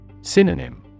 Synonym